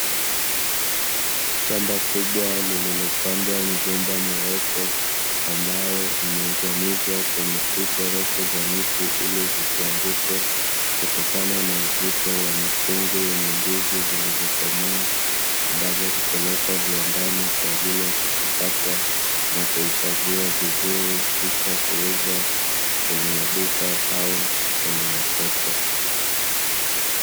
Shamba kubwa lililopandwa migomba mirefu ambayo imegamizwa kwenye fito refu za miti ili zisianguke, kutokana na uzito wa mikungu yenye ndizi zilizokomaa, ambazo hupelekwa viwandani kwa ajili ya kuchakatwa na kuhifadhiwa vizuri kisha kuuzwa kwenye maduka au kwenye masoko.